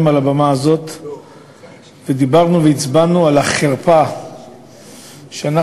לבמה הזאת ודיברנו והצבענו על החרפה שאנחנו,